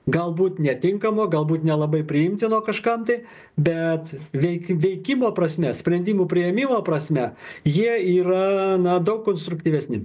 galbūt netinkamo galbūt nelabai priimtino kažkam tai bet veik veikimo prasme sprendimų priėmimo prasme jie yra na daug konstruktyvesni